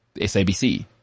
SABC